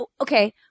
okay